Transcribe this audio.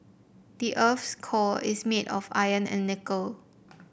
the earth's core is made of iron and nickel